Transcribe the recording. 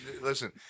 listen